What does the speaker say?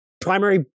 primary